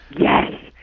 yes